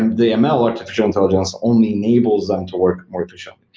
and the ml artificial intelligence only enables them to work more efficiently.